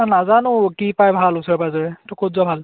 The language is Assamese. অ' নাজানো কি পায় ভাল ওচৰে পাঁজৰে ত' ক'ত যোৱা ভাল